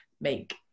make